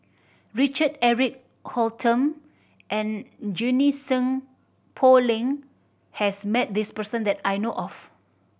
Richard Eric Holttum and Junie Sng Poh Leng has met this person that I know of